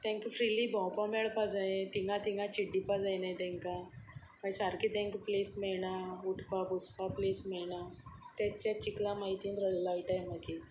तांकां फ्रिली भोंवपाक मेळपाक जाय थंय थंय चिड्डुपाक जायना तांकां मागीर सारकें तांकां प्लेस मेळना उठपाक बसपाक प्लेस मेळना तांचे त्याच चिकला मागीर तीं लोळटात मागीर